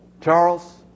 Charles